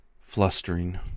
flustering